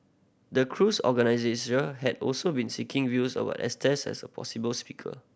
the cruise organisers had also been seeking views about Estes as a possible speaker